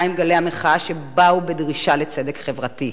עם גלי המחאה שבאו בדרישה לצדק חברתי,